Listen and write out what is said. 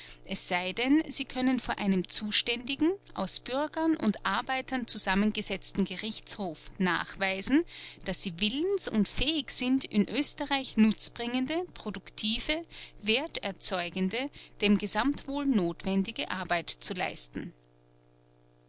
es sei denn sie können vor einem zuständigen aus bürgern und arbeitern zusammengesetzten gerichtshof nachweisen daß sie willens und fähig sind in oesterreich nutzbringende produktive werterzeugende dem gesamtwohl notwendige arbeit zu leisten